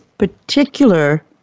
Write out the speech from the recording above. particular